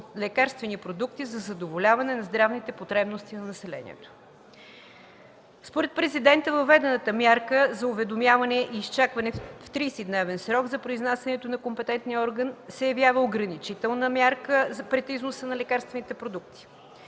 лекарствени продукти за задоволяване на здравните потребности на населението”. Според Президента въведената мярка за уведомяване и изчакването в 30-дневен срок за произнасянето на компетентния орган „се явява ограничителна мярка пред износа на лекарствените продукти”.